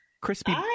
Crispy